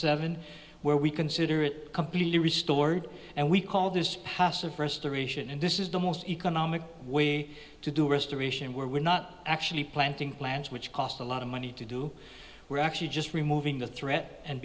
seven where we consider it completely restored and we call this passive restoration and this is the most economic way to do restoration where we're not actually planting plants which cost a lot of money to do we're actually just removing the threat and